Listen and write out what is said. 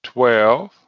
Twelve